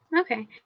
Okay